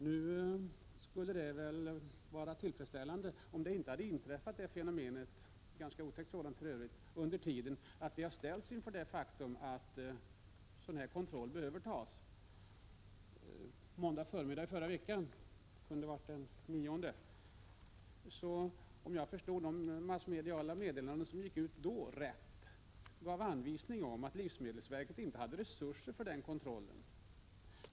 Det skulle väl ha varit tillfredsställande om vi inte under tiden hade ställts inför det otäcka faktum att sådan kontroll behöver ske. Om jag rätt förstod de massmediala meddelanden som gick ut på måndag förmiddag den 9 november har livsmedelsverket inte resurser för den kontrollen.